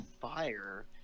fire